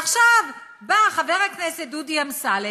עכשיו חבר הכנסת דודי אמסלם,